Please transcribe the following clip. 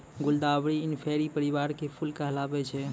गुलदावरी इंफेरी परिवार के फूल कहलावै छै